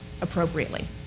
appropriately